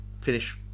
finish